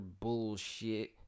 bullshit